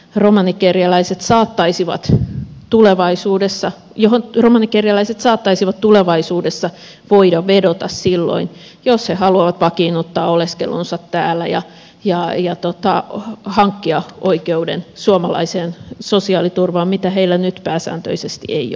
romanikerjäläiset saattaisivatsi tulevaisuudessa johon romanikerjäläiset saattaisivat tulevaisuudessa voida vedota silloin jos he haluavat vakiinnuttaa oleskelunsa täällä ja hankkia oikeuden suomalaiseen sosiaaliturvaan mitä heillä nyt pääsääntöisesti